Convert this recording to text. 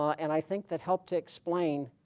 and i think that helped to explain